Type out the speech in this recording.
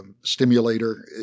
stimulator